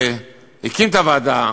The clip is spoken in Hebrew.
שהקים את הוועדה,